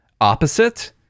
opposite